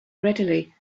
readily